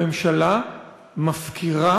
הממשלה מפקירה